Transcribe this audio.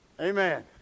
Amen